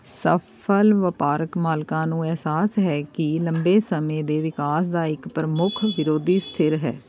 ਸਫਲ ਵਪਾਰਕ ਮਾਲਕਾਂ ਨੂੰ ਅਹਿਸਾਸ ਹੈ ਕਿ ਲੰਬੇ ਸਮੇਂ ਦੇ ਵਿਕਾਸ ਦਾ ਇੱਕ ਪ੍ਰਮੁੱਖ ਵਿਰੋਧੀ ਸਥਿਰ ਹੈ